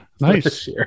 Nice